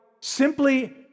simply